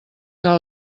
que